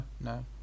no